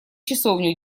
часовню